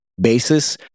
basis